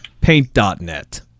Paint.net